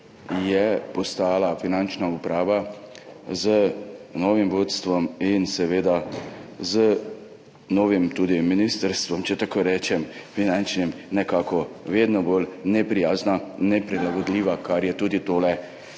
postala Finančna uprava z novim vodstvom in seveda tudi z novim finančnim ministrstvom, če tako rečem, nekako vedno bolj neprijazna, neprilagodljiva, kar je tudi tole